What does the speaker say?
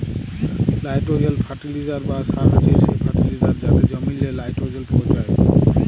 nitrogen fertiliser বা সার হছে সে ফার্টিলাইজার যাতে জমিল্লে লাইট্রোজেল পৌঁছায়